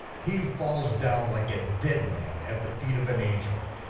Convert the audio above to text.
he falls down like a dead man at the feet of an angel.